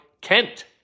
Kent